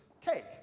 cake